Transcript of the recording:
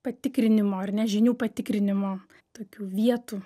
patikrinimo ar ne žinių patikrinimo tokių vietų